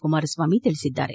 ಕುಮಾರಸ್ವಾಮಿ ತಿಳಿಸಿದ್ದಾರೆ